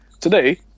today